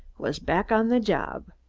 was back on the job.